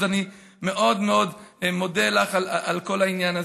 אז אני מאוד מאוד מודה לך על כל העניין הזה.